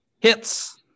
hits